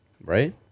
right